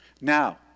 Now